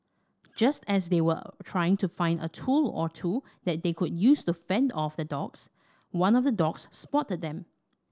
just as they were trying to find a tool or two that they could use to fend off the dogs one of the dogs spotted them